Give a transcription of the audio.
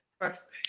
first